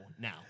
now